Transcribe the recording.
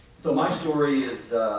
so, my story is